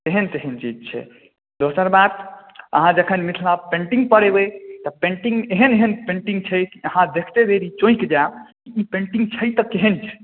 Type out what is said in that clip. तेहन तेहन चीज छै दोसर बात अहाँ जखैन मिथिला पेन्टिंग पर अयबै तऽ पेन्टिंग एहेन एहेन पेन्टिंग छै कि अहाँ देखतै देरी चौंकि जाएब ई पेन्टिंग छै तऽ केहेन छै